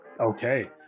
Okay